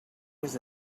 was